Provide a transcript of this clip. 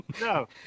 No